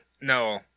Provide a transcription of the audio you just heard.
No